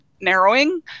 narrowing